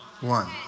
One